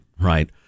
right